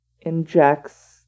injects